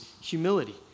humility